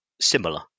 Similar